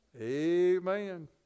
Amen